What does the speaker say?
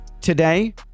today